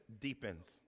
deepens